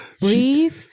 Breathe